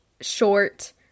short